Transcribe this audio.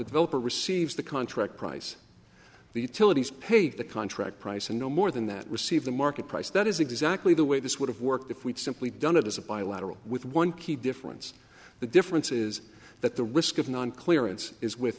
developer receives the contract price the utilities paid the contract price and no more than that receive the market price that is exactly the way this would have worked if we'd simply done it as a bilateral with one key difference the difference is that the risk of non clearance is with